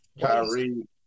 Kyrie